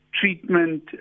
treatment